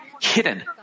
hidden